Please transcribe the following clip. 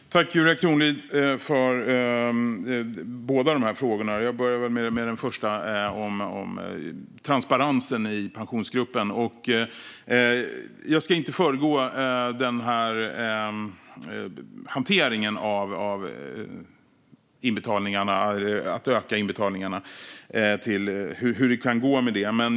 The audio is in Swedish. Herr talman! Tack, Julia Kronlid, för båda frågorna! Jag börjar med den första, om transparensen i Pensionsgruppen. Jag ska inte föregå hanteringen av att öka inbetalningarna och hur det kan gå med detta.